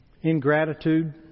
Ingratitude